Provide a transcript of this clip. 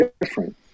different